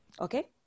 Okay